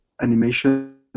animation